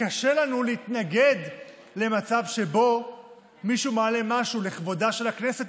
קשה לנו להתנגד למצב שבו מישהו מעלה משהו לכבודה של הכנסת,